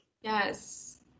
Yes